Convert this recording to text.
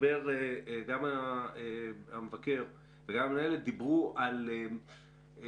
גם המבקר וגם המנהלת דיברו על הנגשת